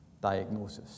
diagnosis